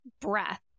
Breath